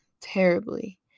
terribly